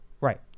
Right